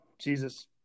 Jesus